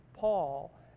Paul